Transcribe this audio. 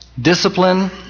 discipline